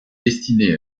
destinés